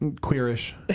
Queerish